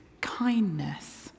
kindness